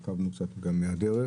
עקבנו קצת גם מהדרך.